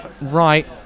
right